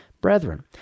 brethren